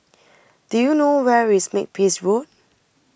do you know where is Makepeace Road